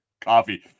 Coffee